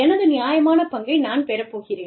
எனது நியாயமான பங்கை நான் பெறப் போகிறேன்